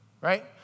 right